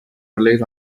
relies